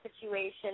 situation